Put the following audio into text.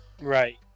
right